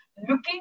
looking